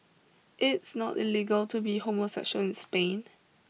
it's not illegal to be homosexual in Spain